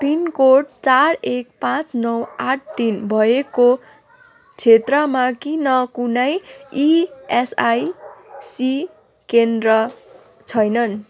pin code चार एक पाचँ नौ आठ तीन भएको क्षेत्रमा किन कुनै इएसआइसी केन्द्र छैनन्